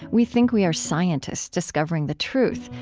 we think we are scientists discovering the truth,